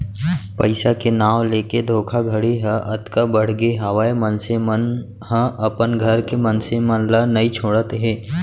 पइसा के नांव लेके धोखाघड़ी ह अतका बड़गे हावय मनसे मन ह अपन घर के मनसे मन ल नइ छोड़त हे